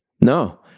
No